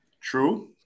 True